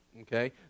okay